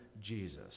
Jesus